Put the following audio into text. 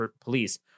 police